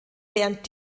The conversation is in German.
während